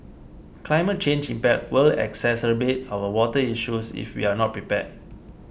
climate change impact will exacerbate our water issues if we are not prepared